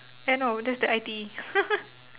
eh no that's the I_T_E